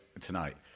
tonight